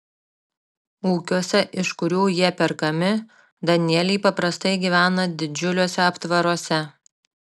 ūkiuose iš kurių jie perkami danieliai paprastai gyvena didžiuliuose aptvaruose